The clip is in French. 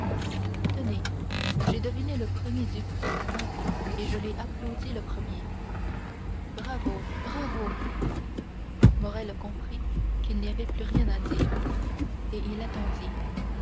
tenez j'ai deviné le premier duprez à naples et j'ai applaudi le premier bravo bravo morrel comprit qu'il n'y avait plus rien à dire et il attendit